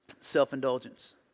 self-indulgence